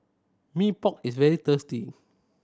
Mee Pok is very tasty